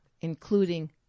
including